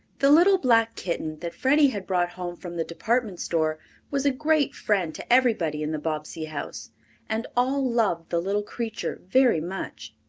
the little black kitten that freddie had brought home from the department store was a great friend to everybody in the bobbsey house and all loved the little creature very much.